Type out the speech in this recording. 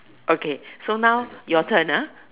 okay so now your turn ah